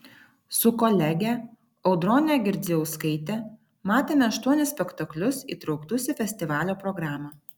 su kolege audrone girdzijauskaite matėme aštuonis spektaklius įtrauktus į festivalio programą